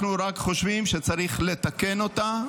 אנחנו רק חושבים שצריך לתקן אותה,